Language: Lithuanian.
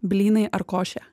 blynai ar košė